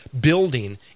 building